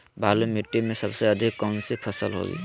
बालू मिट्टी में सबसे अधिक कौन सी फसल होगी?